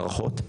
הערכות,